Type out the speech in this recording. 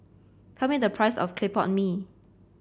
tell me the price of Clay Pot Mee